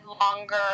longer